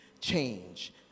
change